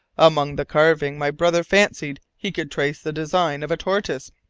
among the carving my brother fancied he could trace the design of a tortoise,